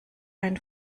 ein